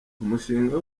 umushinga